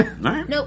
Nope